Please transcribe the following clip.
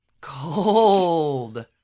Cold